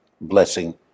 blessing